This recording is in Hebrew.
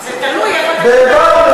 תלוי איפה אתה קונה.